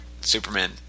Superman